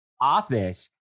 Office